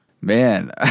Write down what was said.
man